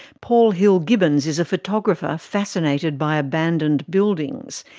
paul hill-gibbins is a photographer fascinated by abandoned buildings.